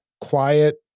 quiet